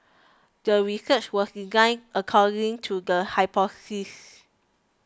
the research was designed according to the hypothesis